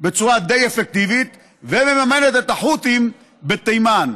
בצורה די אפקטיבית ומממנת את החות'ים בתימן,